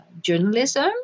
journalism